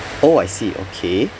oh I see okay